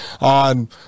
on